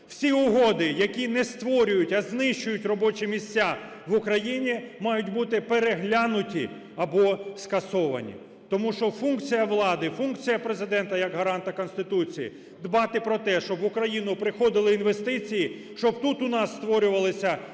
Всі угоди, які не створюють, а знищують робочі місця в Україні, мають бути переглянуті або скасовані, тому що функція влади, функція Президента як гаранта Конституції - дбати про те, щоб в Україну приходили інвестиції, щоб тут у нас створювалися робочі